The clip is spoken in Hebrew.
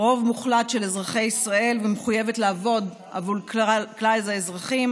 רוב מוחלט של אזרחי ישראל ומחויבת לעבוד עבור כלל האזרחים,